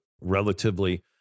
relatively